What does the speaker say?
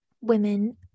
women